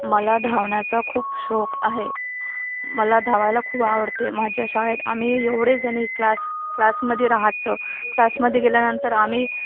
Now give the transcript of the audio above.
मला धावण्याचा खूप शौक आहे मला धावायला खूप आवडते माझ्या शाळेत आम्ही एवढेजणी क्लास क्लासमध्ये राहायचं क्लासमध्ये गेल्यानंतर आम्ही